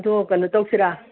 ꯑꯗꯣ ꯀꯩꯅꯣ ꯇꯧꯁꯤꯔꯥ